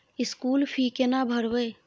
School fee केना भरबै?